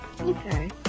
Okay